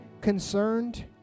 concerned